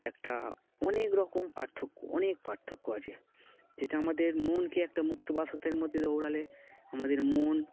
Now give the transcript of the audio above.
একটা অনেক রকম পার্থক্য অনেক পার্থক্য আছে যেটা আমাদের মনকে একটা মুক্তবাসতের মধ্যে দৌড়ালে আমাদের মন